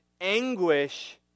anguish